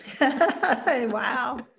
Wow